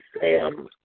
Sam